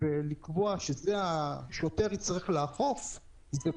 ולקבוע שהשוטר יצטרך לאכוף את זה,